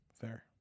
Fair